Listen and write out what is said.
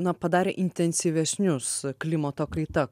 na padarė intensyvesnius klimato kaita